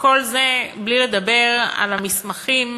וכל זה בלי לדבר על המסמכים,